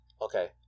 okay